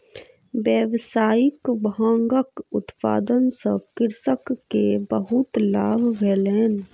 व्यावसायिक भांगक उत्पादन सॅ कृषक के बहुत लाभ भेलैन